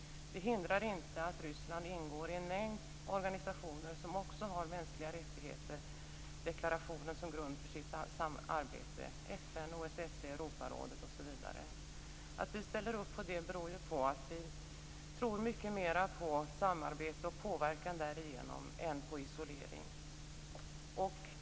Det hindrar inte att Ryssland ingår i en mängd organisationer som också har deklarationen om mänskliga rättigheter som grund för sitt arbete. Det gäller FN, OSSE, Europarådet osv. Vi i Sverige ställer upp på detta beroende på att vi tror mycket mer på samarbete och påverkan därigenom än på isolering.